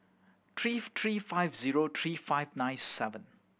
three three five zero three five nine seven